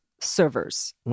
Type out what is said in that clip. servers